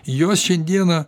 jos šiandieną